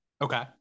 Okay